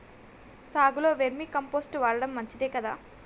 సాగులో vermicompost వాడటం మంచిదే కదా?